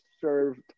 served